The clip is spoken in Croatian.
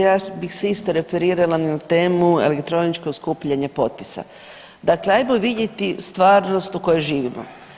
Ja bih se isto referirala na temu elektroničko skupljanje potpisa, dakle ajmo vidjeti stvarnost u kojoj živimo.